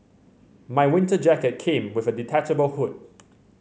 my winter jacket came with a detachable hood